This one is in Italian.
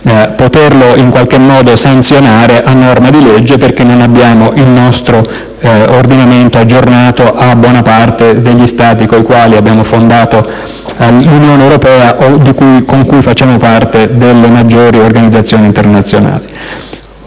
poterla in qualche modo sanzionare a norma di legge, perché non abbiamo aggiornato il nostro ordinamento a buona parte di quelli degli Stati con i quali abbiamo fondato l'Unione europea o con cui facciamo parte nelle maggiori organizzazioni internazionali.